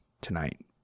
tonight